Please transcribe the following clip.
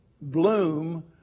Bloom